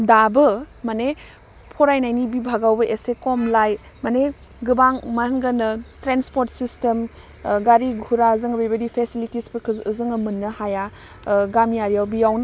दाबो मानि फरायनायनि बिभागावबो एसे खमलाय मानि गोबां मा होनगोनो ट्रेन्सपर्ट सिस्टेम गारि गुरा जों बेबादि फेसिलिटिसफोरखो जोङो मोन्नो हाया ओह गामियारियाव बियाव